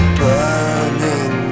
burning